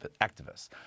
activists